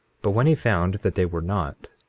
but when he found that they were not,